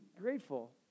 grateful